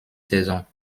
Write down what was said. saisons